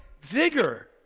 vigor